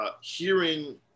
hearing